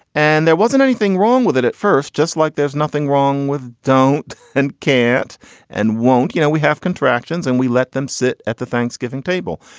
and there wasn't anything wrong with it at first. just like there's nothing wrong with don't and can't and won't. you know, we have contractions and we let them sit at the thanksgiving table,